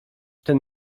ten